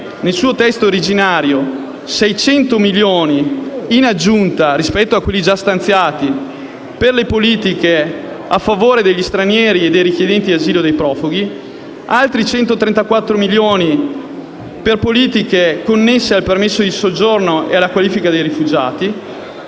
nel suo testo originario, stanzia, in aggiunta a quelli già previsti, 600 milioni per le politiche a favore degli stranieri, dei richiedenti asilo e dei profughi e altri 134 milioni per politiche connesse al permesso di soggiorno e alla qualifica dei rifugiati.